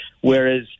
Whereas